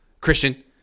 Christian